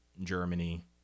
Germany